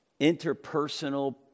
interpersonal